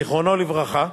זיכרונו לברכה,